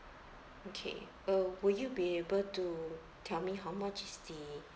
okay uh would you be able to tell me how much is the